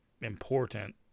important